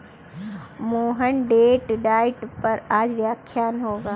Mohan debt diet पर आज व्याख्यान होगा